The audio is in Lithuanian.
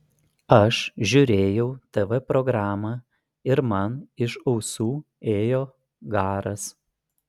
aš žiūrėjau tv programą ir man iš ausų ėjo garas